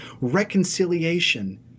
reconciliation